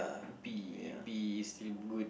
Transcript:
B B still good